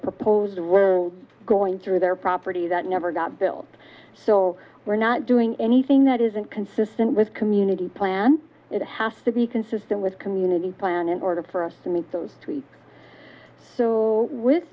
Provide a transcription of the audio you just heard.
proposed we're going through their property that never got built so we're not doing anything that isn't consistent with community plan it has to be consistent with community plan in order for us to meet those three so with